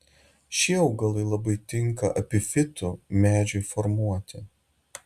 šie augalai labai tinka epifitų medžiui formuoti